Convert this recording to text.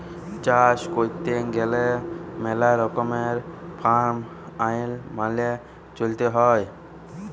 চাষ ক্যইরতে গ্যালে ম্যালা রকমের ফার্ম আইল মালে চ্যইলতে হ্যয়